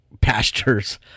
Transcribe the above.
pastures